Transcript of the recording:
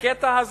בקטע הזה,